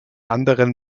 anderen